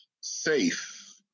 safe